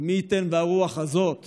ומי ייתן והרוח הזאת